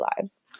lives